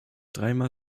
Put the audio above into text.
dreimal